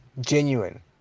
genuine